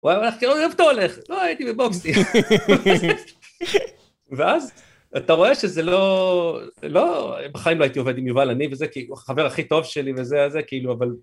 הוא היה אומר לך, כאילו, איפה אתה הולך? לא, הייתי בבוקס דיסק. ואז אתה רואה שזה לא... לא, בחיים לא הייתי עובד עם יובל, אני וזה כאילו, הוא החבר הכי טוב שלי וזה, אז זה כאילו, אבל...